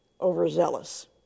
overzealous